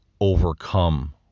overcome